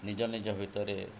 ନିଜ ନିଜ ଭିତରେ